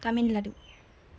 Tamil Nadu